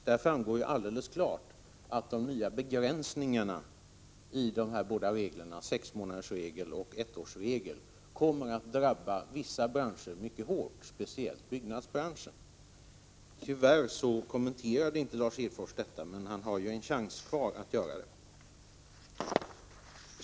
Där framgår alldeles klart, att de nya begränsningarna i de här båda reglerna — sexmånadersregeln och ettårsregeln — kommer att drabba vissa branscher mycket hårt, speciellt byggnadsbranschen. Lars Hedfors kommenterade tyvärr inte den saken, men han har en chans kvar att göra det.